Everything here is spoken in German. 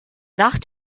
nach